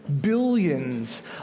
billions